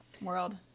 world